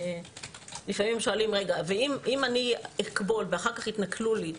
לפעמים שואלים: ואם אני אקבול ואחר כך יתנכלו לי,